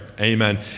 amen